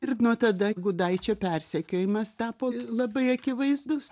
ir nuo tada gudaičio persekiojimas tapo labai akivaizdus